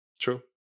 true